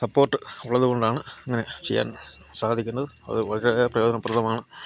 support ഉള്ളതുകൊണ്ടാണ് ഇങ്ങനെ ചെയ്യാൻ സാധിക്കുന്നത് അത് വളരെ പ്രയോജനപ്രദമാണ്